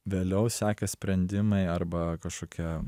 vėliau sekė sprendimai arba kažkokie